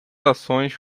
ações